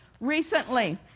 Recently